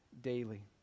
daily